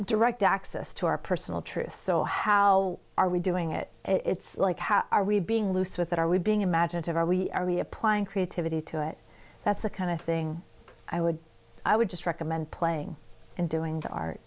direct access to our personal truth so how are we doing it it's like how are we being loose with it are we being imaginative are we are we applying creativity to it that's the kind of thing i would i would just recommend playing and doing